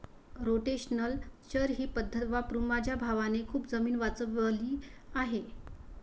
rotational चर ही पद्धत वापरून माझ्या भावाने खूप जमीन वाचवली आहे